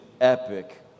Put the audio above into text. epic